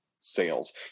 sales